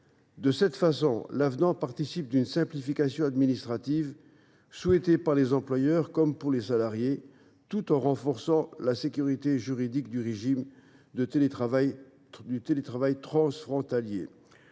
de résidence. L’avenant participe ainsi d’une simplification administrative souhaitée par les employeurs comme par les salariés tout en renforçant la sécurité juridique du régime du télétravail transfrontalier.